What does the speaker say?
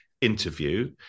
interview